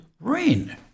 rain